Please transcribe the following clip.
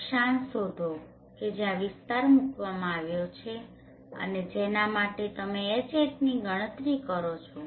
અક્ષાંશ શોધો કે જ્યાં વિસ્તાર મુકવામાં આવ્યો છે અને જેના માટે તમે Hatની ગણતરી કરવા માંગો છો